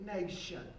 nation